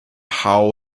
how